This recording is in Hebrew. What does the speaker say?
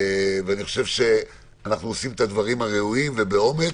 ואני חושב שאנחנו עושים את הדברים הראויים ובאומץ.